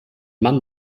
mann